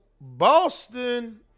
Boston